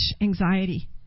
anxiety